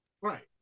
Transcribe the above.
right